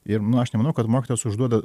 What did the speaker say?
ir aš nemanau kad mokytojas užduoda